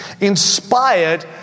inspired